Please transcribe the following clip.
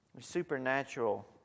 Supernatural